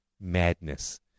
madness